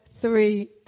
three